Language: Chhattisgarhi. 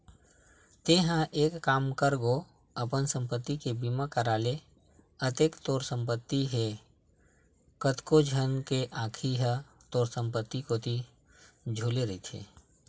तेंहा एक काम कर गो अपन संपत्ति के बीमा करा ले अतेक तोर संपत्ति हे कतको झन के आंखी ह तोर संपत्ति कोती झुले रहिथे